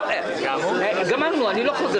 ונתחדשה בשעה 12:44.) סיכמנו שאנחנו